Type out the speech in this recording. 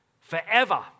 forever